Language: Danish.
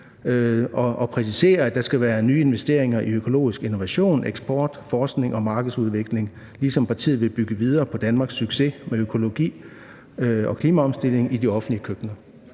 og præcisere, at der skal være nye investeringer i økologisk innovation, eksport, forskning og markedsudvikling, ligesom partiet vil bygge videre på Danmarks succes med økologi og klimaomstilling i de offentlige køkkener.